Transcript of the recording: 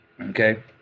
Okay